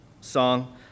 song